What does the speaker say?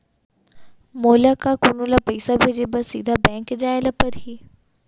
का मोला कोनो ल पइसा भेजे बर सीधा बैंक जाय ला परही?